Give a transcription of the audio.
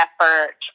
effort